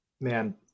man